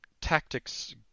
tactics